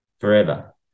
forever